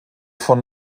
von